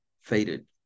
faded